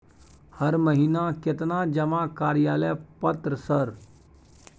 हर महीना केतना जमा कार्यालय पत्र सर?